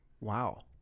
wow